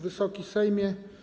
Wysoki Sejmie!